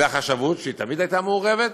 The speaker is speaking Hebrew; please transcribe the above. והחשבות, שתמיד הייתה מעורבת,